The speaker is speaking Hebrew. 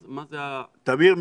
תמיר,